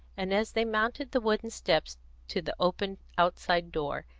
and as they mounted the wooden steps to the open outside door,